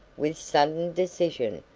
with sudden decision.